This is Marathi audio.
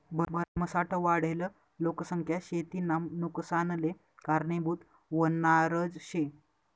भरमसाठ वाढेल लोकसंख्या शेतीना नुकसानले कारनीभूत व्हनारज शे